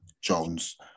Jones